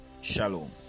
Shalom